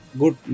good